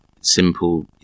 simple